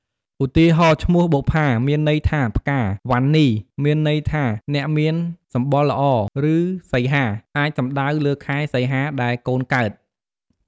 ឧទាហរណ៍ ឈ្មោះ "បុប្ផា" មានន័យថាផ្កា "វណ្ណី" មានន័យថាអ្នកមានសម្បុរល្អ ឬ "សីហា" អាចសំដៅលើខែសីហាដែលកូនកើត។